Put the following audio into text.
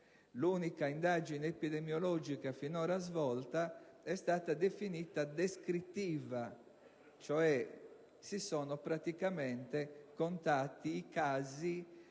L'unica indagine epidemiologica finora svolta è stata definita descrittiva. Si sono, cioè, praticamente contati i casi